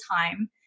time